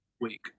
week